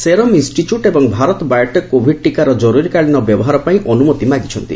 serum Institute ଏବଂ Bharat Biotech Covid ଟିକାର ଜରୁରୀକାଳୀନ ବ୍ୟବହାର ପାଇଁ ଅନୁମତି ମାଗିଛନ୍ତି